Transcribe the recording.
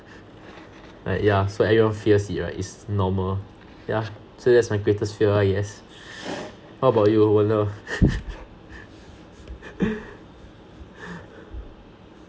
like yeah so everyone fears it right it's normal yeah so that's my greatest fear lah yes how about you wen le